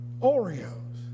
Oreos